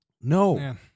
No